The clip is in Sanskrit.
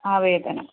आवेदनम्